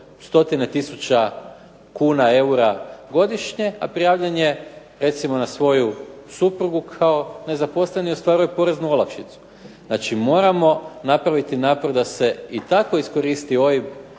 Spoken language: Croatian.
stotine tisuća kuna, eura godišnje, a prijavljen je recimo na svoju suprugu kao nezaposleni i ostvaruje poreznu olakšicu. Znači, moramo napraviti napor da se i tako iskoristi OIB